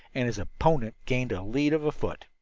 and his opponent gained a lead of a foot.